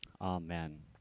Amen